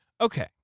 Okay